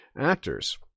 actors